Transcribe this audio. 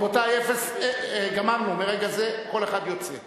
רבותי, גמרנו, מרגע זה כל אחד יוצא.